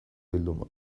bilduma